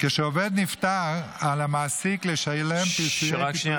כשעובד נפטר על המעסיק לשלם פיצויי פיטורים לשאיריו --- רק שנייה.